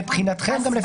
מבחינתכם גם,